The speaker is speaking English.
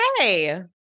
Hey